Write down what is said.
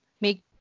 make